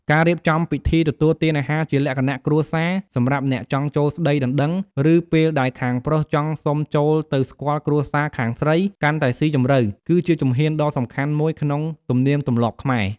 ការរៀបចំពិធីទទួលទានអាហារជាលក្ខណៈគ្រួសារ សម្រាប់អ្នកចង់ចូលស្ដីដណ្ដឹង ឬពេលដែលខាងប្រុសចង់សុំចូលទៅស្គាល់គ្រួសារខាងស្រីកាន់តែស៊ីជម្រៅ គឺជាជំហានដ៏សំខាន់មួយក្នុងទំនៀមទម្លាប់ខ្មែរ។